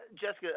Jessica